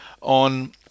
on